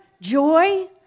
joy